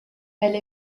elle